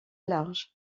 large